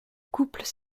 couple